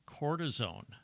Cortisone